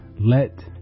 let